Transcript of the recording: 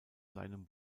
seinem